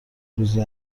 روزی